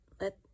let